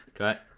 Okay